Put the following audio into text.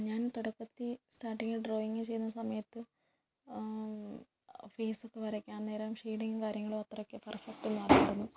ഞാൻ തുടക്കത്തിൽ സ്റ്റാർട്ടിങിൽ ഡ്രോയിങ് ചെയ്യുന്ന സമയത്ത് ഫേസൊക്കെ വരയ്ക്കാൻ നേരം ഷേഡിങും കാര്യങ്ങളും അത്രയ്ക്ക് പെർഫെക്റ്റൊന്നും അല്ലായിരുന്നു